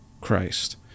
Christ